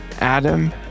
Adam